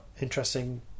interesting